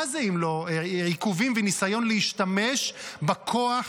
מה זה אם לא עיכובים וניסיון להשתמש בכוח